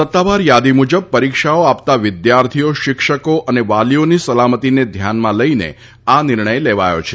સત્તાવાર યાદી મુજબ પરીક્ષાઓ આપતા વિદ્યાર્થીઓ શિક્ષકો અને વાલીઓની સલામતીને ધ્યાનમાં લઈને આ નિર્ણય લેવાયો છે